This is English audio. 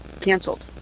canceled